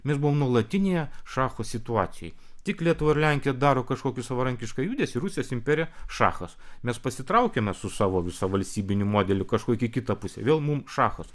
mes buvom nuolatinėje šacho situacijoj tik lietuva ir lenkija daro kažkokį savarankišką judesį rusijos imperija šachas mes pasitraukiame su savo visa valstybiniu modeliu į kažkokią kitą pusę vėl mum šachas